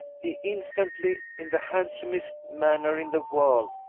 he instantly, in the handsomest manner in the world,